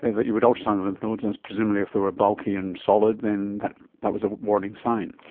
that you would ultrasound the lymph nodes and presumably if they were bulky and solid then that was a warning sign.